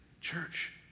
church